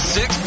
Six